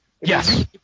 Yes